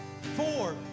Four